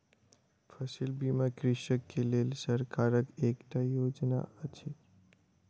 फसिल बीमा कृषक के लेल सरकारक एकटा योजना अछि